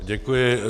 Děkuji.